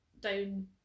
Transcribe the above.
down